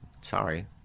Sorry